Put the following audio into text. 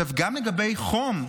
גם לגבי חום,